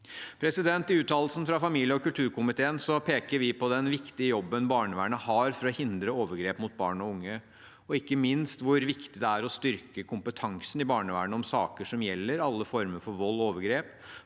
mange. I uttalelsen fra familie- og kulturkomiteen peker vi på den viktige jobben barnevernet har for å hindre over grep mot barn og unge, og ikke minst hvor viktig det er å styrke kompetansen i barnevernet om saker som gjelder alle former for vold og overgrep,